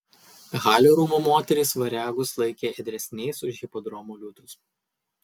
halio rūmų moterys variagus laikė ėdresniais už hipodromo liūtus